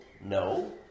no